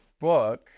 book